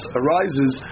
arises